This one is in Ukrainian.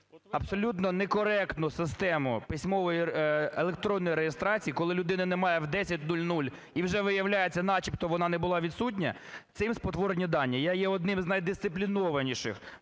абсолютно некоректну систему письмової… електронної реєстрації, коли людини немає в 10:00 і вже, виявляється, начебто вона не була відсутня, цим спотворені дані. Я є одним найдисциплінованіших